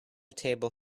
table